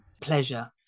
pleasure